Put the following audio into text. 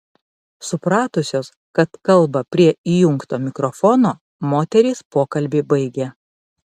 supratusios kad kalba prie įjungto mikrofono moterys pokalbį baigė